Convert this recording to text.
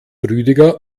rüdiger